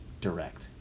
direct